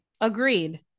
agreed